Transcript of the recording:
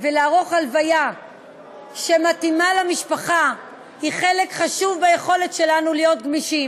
ולערוך הלוויה שמתאימה למשפחה היא חלק חשוב ביכולת שלנו להיות גמישים.